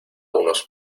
unos